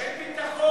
אין ביטחון.